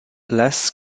less